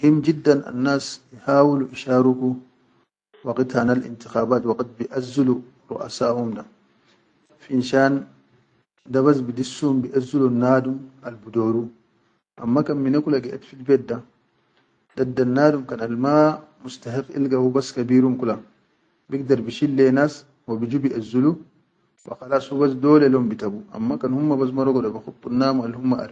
Muhim jidan al nas ihawulu isharuqu waqit hanal inkiqabat waqit bi azzulu duʼasahum da finshan dabas bidisum biʼezulun nadum al bi dauru amma kan mina kula geʼet fil bet da dadda nadum al ma mustahab ilga hubas kabirum da bigdar bi shilleyi nas wa biju biʼezzulu wa khalas hubas dole le hum bi ta bu amma kan humma bas marago da bi khudu nam.